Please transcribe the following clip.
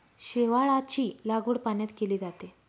शेवाळाची लागवड पाण्यात केली जाते